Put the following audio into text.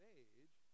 age